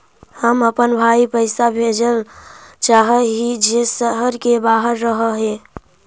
हम अपन भाई पैसा भेजल चाह हीं जे शहर के बाहर रह हे